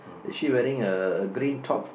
is she wearing a a green top